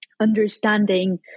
understanding